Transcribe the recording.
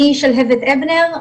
אני שלהבת אבנר,